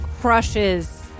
crushes